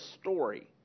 story